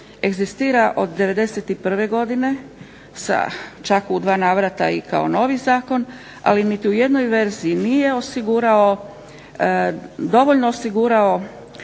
egzistira od '91. godine sa čak u dva navrata i kao novi zakon ali niti u jednoj verziji nije dovoljno osigurao